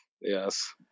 Yes